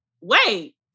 wait